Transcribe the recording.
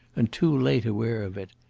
and too late aware of it.